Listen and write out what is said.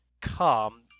come